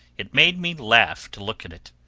it made me laugh to look at it.